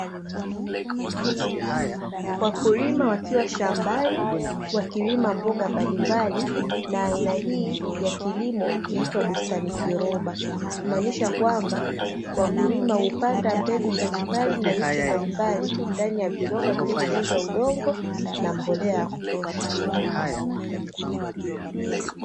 Wakulima wakiwa shambani, wakilima mboga mbalimbali na aina hii ya kilimo huitwa bustani kiroba, kumaanisha kwamba wakulima hupanda mbegu mbalimbali na miche mbalimbali, ndani ya viroba vilivyojazwa udongo na mbolea ya kutosha.